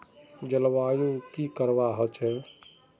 जलवायु की करवा होचे?